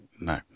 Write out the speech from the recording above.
No